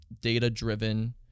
data-driven